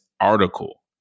article